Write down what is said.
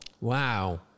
Wow